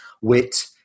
wit